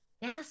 Yes